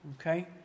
Okay